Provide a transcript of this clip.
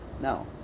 No